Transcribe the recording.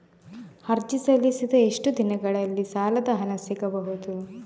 ಅರ್ಜಿ ಸಲ್ಲಿಸಿದ ಎಷ್ಟು ದಿನದಲ್ಲಿ ಸಾಲದ ಹಣ ಸಿಗಬಹುದು?